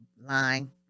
line